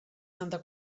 santa